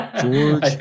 George